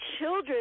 children